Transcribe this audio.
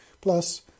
Plus